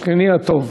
שכני הטוב.